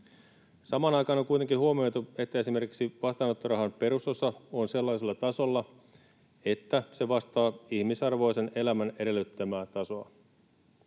Samaan aikaan on kuitenkin huomioitu, että esimerkiksi vastaanottorahan perusosa on sellaisella tasolla, että se vastaa ihmisarvoisen elämän edellyttämää tasoa.